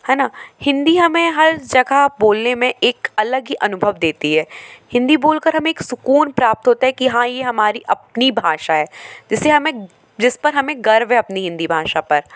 है न हिन्दी हमें हर जगह बोलने में एक अलग ही अनुभव देती है हिन्दी बोलकर हमें एक सुकून प्राप्त होता है कि हाँ ये हमारी अपनी भाषा है जिसे हमें जिस पर हमें गर्व है अपनी हिन्दी भाषा पर